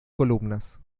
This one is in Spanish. columnas